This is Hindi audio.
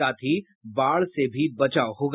साथ ही बाढ़ से भी बचाव होगा